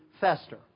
fester